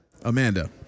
Amanda